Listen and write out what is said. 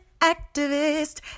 activist